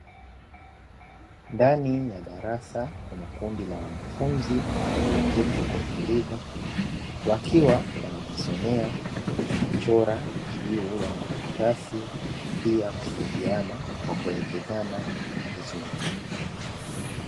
Ndani ya darasa kuna kundi la wanafunzi walio keti kwa utulivu. Wakiwa wanajisomea na kuchora juu ya makaratasi, pia na kusaidiana kwa kuelekazana vizuri.